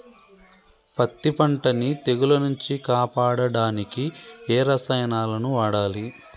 పత్తి పంటని తెగుల నుంచి కాపాడడానికి ఏ రసాయనాలను వాడాలి?